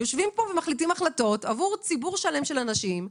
יושבים פה ומחליטים החלטות עבור ציבור שלם של אנשים.